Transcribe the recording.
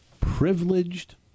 Privileged